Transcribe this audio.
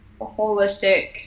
holistic